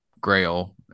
grail